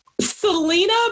Selena